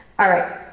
alright.